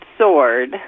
sword